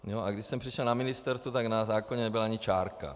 Když jsem přišel na ministerstvo, tak na zákoně nebyla ani čárka.